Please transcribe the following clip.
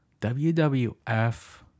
WWF